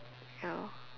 ya